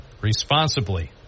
responsibly